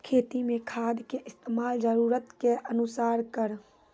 खेती मे खाद के इस्तेमाल जरूरत के अनुसार करऽ